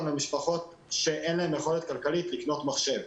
למשפחות שאין להן יכולת כלכלית לקנות מחשב.